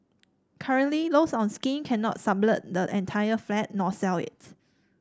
currently those on scheme cannot sublet the entire flat nor sell it